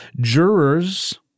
jurors